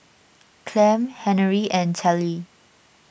Clem Henery and Tallie